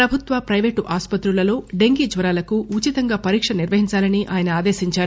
ప్రభుత్వ ప్లెపేటు ఆస్పత్రులలో డెంగీ జ్వరాలకు ఉచితంగా పరీక్ష నిర్వహించాలని ఆయన ఆదేశించారు